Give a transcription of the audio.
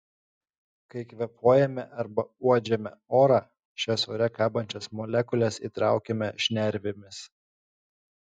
kai kvėpuojame arba uodžiame orą šias ore kabančias molekules įtraukiame šnervėmis